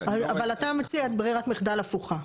אבל אתה מציע ברירת מחדל הפוכה.